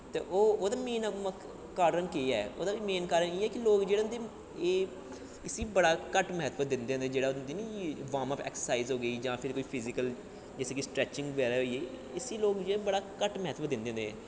ते ओह् ते मेन कारन केह् ऐ ओह्दा मेन कारन इ'यै ऐ लोक जेहड़े होंदे एह् इसी बड़ा घट्ट म्हत्तव दिंदे होंदे जेह्ड़ा होंदा नी वार्मअप ऐक्सरसाइज हो गेई जां फिर कोई फिजिकल किसे गी स्ट्रैचिंग बगैरा होई गेई इसी लोग बड़ा इ'यां घट्ट म्हत्तव दिंदे होंदे